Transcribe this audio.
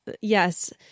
yes